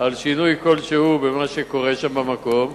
על שינוי כלשהו במה שקורה שם במקום.